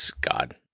God